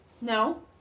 no